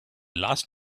last